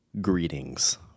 Greetings